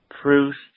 Proust